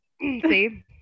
See